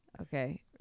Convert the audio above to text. Okay